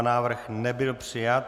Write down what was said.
Návrh nebyl přijat.